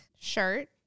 shirt